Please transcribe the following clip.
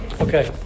Okay